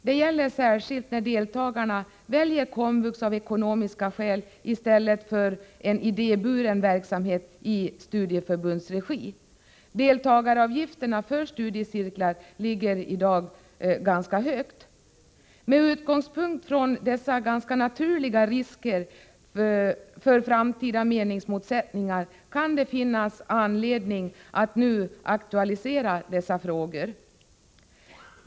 Det gäller särskilt när deltagarna väljer komvux av ekonomiska skäl i stället för en idéburen verksamhet i studieförbundsregi. Deltagaravgifterna för studiecirklar ligger i dag ganska högt. Med utgångspunkt i dessa ganska naturliga risker för framtida meningsmotsättningar kan det finnas anledning att nu aktualisera dessa frågor.